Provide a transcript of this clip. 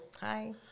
Hi